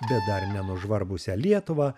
bet dar ne nuožvarbusią lietuvą